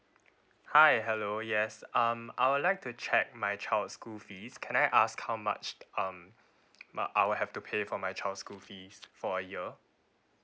hi hello yes um I would like to check my child's school fees can I ask how much um I'll have to pay for my child school fees for a year